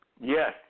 Yes